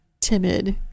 timid